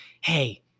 hey